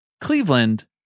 Cleveland